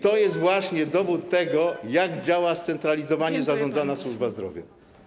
To jest właśnie dowód tego, jak działa centralnie zarządzana służba zdrowia.